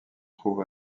trouve